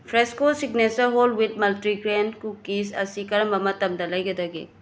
fresco signature whole wheat multigrain cookies ꯑꯁꯤ ꯀꯔꯝꯕ ꯃꯇꯝꯗ ꯂꯩꯒꯗꯒꯦ